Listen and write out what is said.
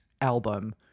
album